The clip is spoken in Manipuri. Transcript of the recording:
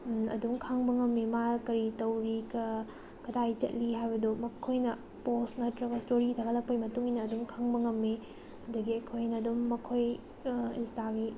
ꯑꯗꯨꯝ ꯈꯪꯕ ꯉꯝꯏ ꯃꯥ ꯀꯔꯤ ꯇꯧꯔꯤ ꯀꯗꯥꯏ ꯆꯠꯂꯤ ꯍꯥꯏꯕꯗꯨ ꯃꯈꯣꯏꯅ ꯄꯣꯁ ꯅꯠꯇ꯭ꯔꯒ ꯏꯁꯇꯣꯔꯤ ꯊꯥꯒꯠꯂꯛꯄꯒꯤ ꯃꯇꯨꯡ ꯏꯟꯅ ꯑꯗꯨꯝ ꯈꯪꯕ ꯉꯝꯏ ꯑꯗꯒꯤ ꯑꯩꯈꯣꯏꯅ ꯑꯗꯨꯝ ꯃꯈꯣꯏ ꯏꯟꯁꯇꯥꯒꯤ